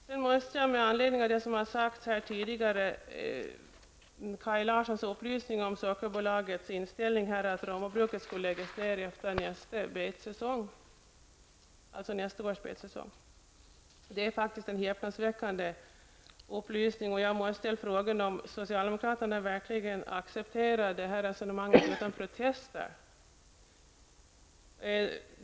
Jag måste vidare säga att Kaj Larssons upplysning att Sockerbolagets inställning är den att Romabruket skall läggas ned efter nästa års betsäsong är häpnadsväckande. Jag måste ställa frågan om socialdemokraterna verkligen accepterar det resonemanget utan protester.